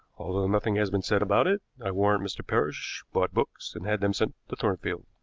although nothing has been said about it, i warrant mr. parrish bought books and had them sent thornfield.